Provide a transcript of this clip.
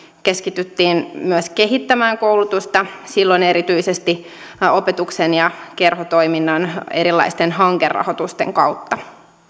keskityttiin myös kehittämään koulutusta silloin erityisesti opetuksen ja kerhotoiminnan erilaisten hankerahoitusten kautta